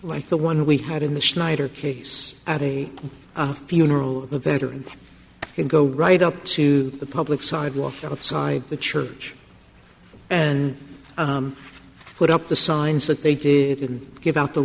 like the one we had in the schneider case at a funeral of veterans can go right up to the public sidewalk outside the church and put up the signs that they did give out the